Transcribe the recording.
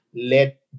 let